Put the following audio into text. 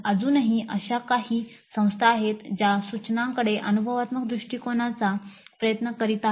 अजूनही अशा काही संस्था आहेत ज्या सूचनांकडे अनुभवात्मक दृष्टिकोनाचा प्रयत्न करीत आहेत